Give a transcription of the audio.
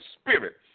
spirit